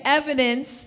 evidence